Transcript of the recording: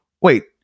wait